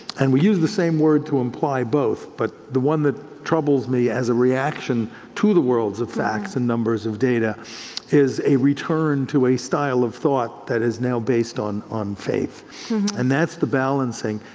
and we use the same word to imply both, but the one that troubles me as a reaction to the worlds of facts and numbers of data is a return to a style of thought that is now based on on faith and that's the balancing.